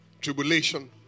tribulation